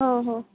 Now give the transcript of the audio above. हो हो